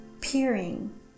peering